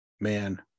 Man